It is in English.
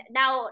now